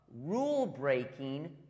rule-breaking